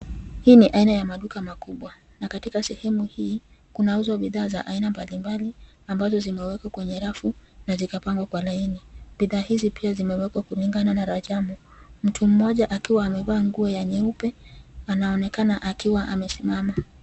Hii ni aina ya maduka makubwa. Na katika duka hii panauzwa bidhaa mbalimbali ambazo zimewekwa kwenye rafu na zikapangwa kwa laini. Bidhaa hizi pia zimewekwa kulingana na rajamu .Mtoto mmoja akiwa amevaa nguo ya nyeupe anaonekana akiwa amesimama.